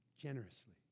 generously